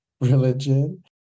religion